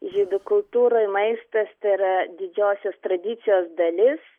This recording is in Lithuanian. žydų kultūroj maistas tai yra didžiosios tradicijos dalis